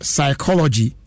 Psychology